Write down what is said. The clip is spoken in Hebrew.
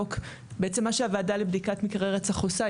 בעצם מה שהוועדה לבדיקת מקרי רצח עושה,